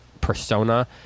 persona